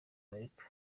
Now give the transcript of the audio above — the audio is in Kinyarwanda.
amerika